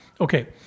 Okay